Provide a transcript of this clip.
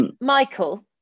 Michael